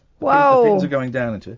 Wow